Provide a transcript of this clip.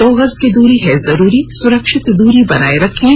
दो गज की दूरी है जरूरी सुरक्षित दूरी बनाए रखें